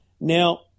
Now